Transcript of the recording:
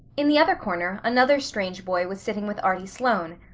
in the other corner another strange boy was sitting with arty sloane.